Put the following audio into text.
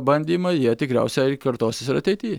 bandymai jie tikriausiai kartosis ir ateity